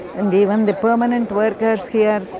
and even the permanent workers here.